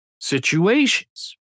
situations